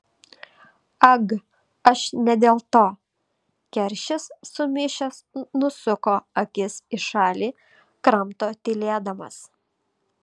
ag aš ne dėl to keršis sumišęs nusuko akis į šalį kramto tylėdamas